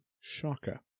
Shocker